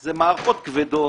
אלה מערכות כבדות.